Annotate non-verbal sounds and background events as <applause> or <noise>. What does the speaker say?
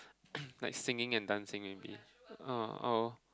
<coughs> like singing and dancing maybe oh or